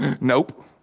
Nope